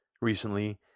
recently